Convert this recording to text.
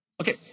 Okay